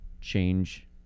change